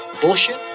bullshit